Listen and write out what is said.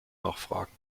nachfragen